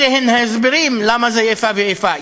אלה הם ההסברים למה זה איפה ואיפה.